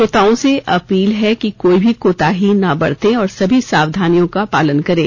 श्रोताओं से अपील हैं कि कोई कोताही नहीं बरतें और सभी सावधानियों का पालन करें